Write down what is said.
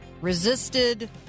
resisted